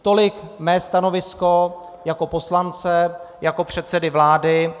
Tolik mé stanovisko jako poslance, jako předsedy vlády.